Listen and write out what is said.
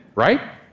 right?